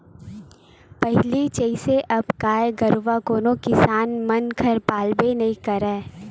पहिली जइसे अब गाय गरुवा कोनो किसान मन घर पालबे नइ करय